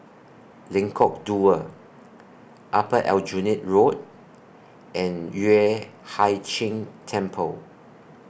Lengkok Dua Upper Aljunied Road and Yueh Hai Ching Temple